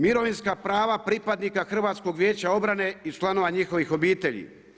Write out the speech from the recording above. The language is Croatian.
Mirovinska prava pripadnika Hrvatskog vijeća obrane i članova njihovih obitelji.